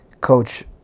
Coach